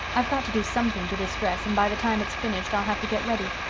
i've got to do something to this dress, and by the time it's finished i'll have to get ready.